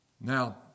Now